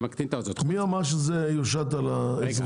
זה מקטין לו את ההוצאות --- מי אמר שזה יושת על האזרח?